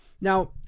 Now